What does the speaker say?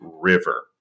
river